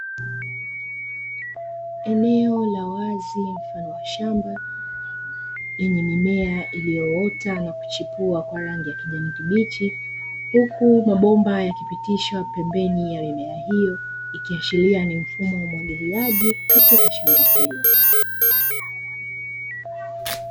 Eneo la wazi mfano wa shamba lenye mimea iliyoota na kuchipua kwa rangi ya kijani kibichi huku mabomba yakipitishwa pembeni ya mimea hiyo ikiashiria ni mfumo wa umwagiliaji katika shamba hilo.